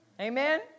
Amen